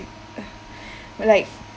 like